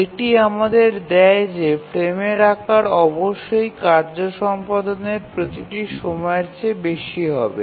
এটি থেকে আমরা বুঝতে পারি যে ফ্রেমের আকার অবশ্যই কার্য সম্পাদনের প্রতিটি সময়ের চেয়ে বেশি হবে